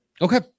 okay